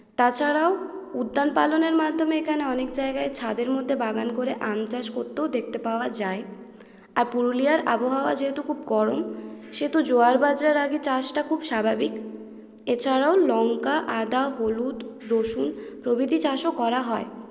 তাছাড়াও উদ্যান পালনের মাধ্যমে এখানে অনেক জায়গায় ছাদের মধ্যে বাগান করে আম চাষ করতেও দেখতে পাওয়া যায় আর পুরুলিয়ার আবহাওয়া যেহেতু খুব গরম সেহেতু জোয়ার বাজরা রাগি চাষটা খুব স্বাভাবিক এছাড়াও লঙ্কা আদা হলুদ রসুন প্রভৃতি চাষও করা হয়